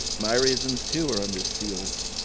my reasons too are under seals.